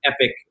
epic